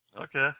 Okay